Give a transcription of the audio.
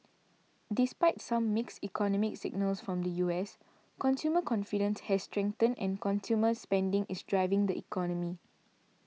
despite some mixed economic signals from the U S consumer confident has strengthened and consumer spending is driving the economy